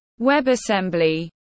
WebAssembly